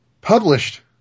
Published